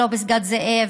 לא פסגת זאב,